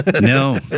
No